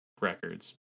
records